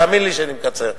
תאמין לי שאני מקצר.